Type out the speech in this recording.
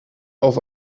auf